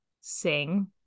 sing